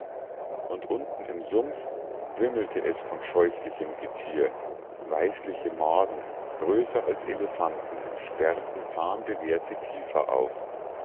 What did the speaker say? und unten im sumpf wimmelte es von scheußlichem getier weißliche maden größer als elefanten sperrten zahnbewehrte kiefer auf